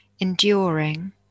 enduring